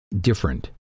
different